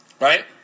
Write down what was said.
Right